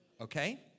okay